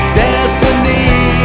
destiny